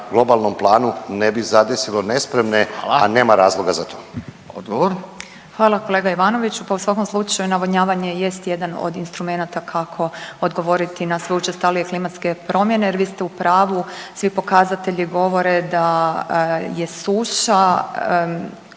Furio (Nezavisni)** Odgovor. **Petir, Marijana (Nezavisni)** Hvala kolega Ivanović, pa u svakom slučaju navodnjavanje jest jedan od instrumenata kako odgovoriti na sve učestalije klimatske promjene jer vi ste u pravu, svi pokazatelji govore da je suša